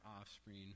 offspring